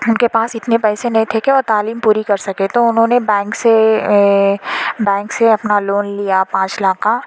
ان کے پاس اتنے پیسے نہیں تھے کہ وہ تعلیم پوری کرسکے تو انہوں نے بینک سے بینک سے اپنا لون لیا پانچ لاکھ کا